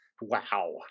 wow